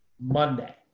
Monday